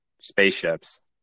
spaceships